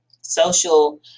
social